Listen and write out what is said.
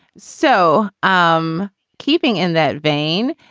so i'm keeping in that vein.